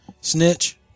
Snitch